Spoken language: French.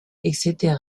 etc